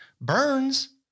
Burns